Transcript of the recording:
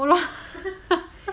ha ha